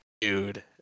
Dude